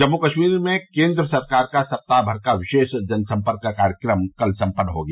जम्मू कश्मीर में केन्द्र का सप्ताह भर का विशेष जनसंपर्क कार्यक्रम कल संपन्न हो गया